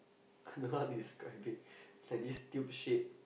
I don't know how to describe it's like this tube shape